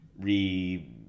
re